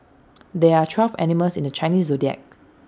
there are twelve animals in the Chinese Zodiac